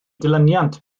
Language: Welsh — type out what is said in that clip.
dilyniant